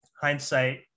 hindsight